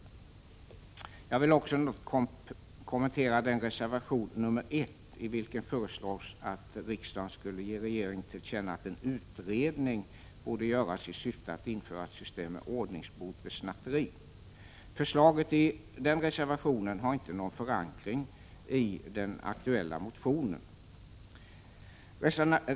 Jag vill också något kommentera reservation nr 1, i vilken föreslås att riksdagen skulle ge regeringen till känna att en utredning borde göras i syfte att införa ett system med ordningsbot vid snatteri. Förslaget i den reservationen har inte någon förankring i den aktuella motionen.